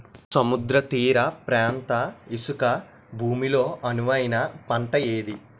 సముద్ర తీర ప్రాంత ఇసుక భూమి లో అనువైన పంట ఏది?